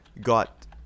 got